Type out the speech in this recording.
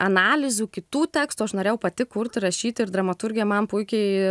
analizių kitų tekstų aš norėjau pati kurti rašyti ir dramaturgija man puikiai